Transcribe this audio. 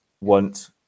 want